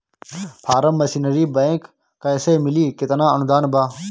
Form machinery बैक कैसे मिली कितना अनुदान बा?